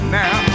now